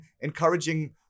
encouraging